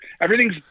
Everything's